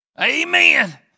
Amen